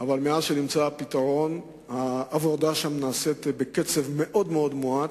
אבל מאז נמצא הפתרון העבודה שם נעשית בקצב מאוד מואץ.